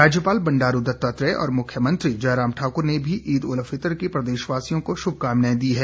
राज्यपाल बंडारू दत्तात्रेय और मुख्यमंत्री जयराम ठाकुर ने भी ईद उल फितर की प्रदेशवासियों को शुभकामनाएं दी हैं